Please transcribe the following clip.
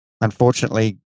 unfortunately